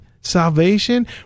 salvation